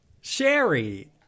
Sherry